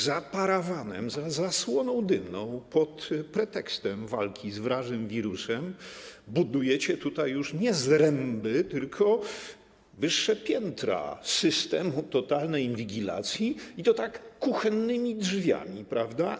Za parawanem, za zasłoną dymną pod pretekstem walki z wrażym wirusem budujecie już nie zręby, tylko wyższe piętra systemu totalnej inwigilacji, i to tak kuchennymi drzwiami, prawda?